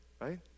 right